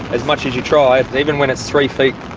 as much as you try, even when it's three feet,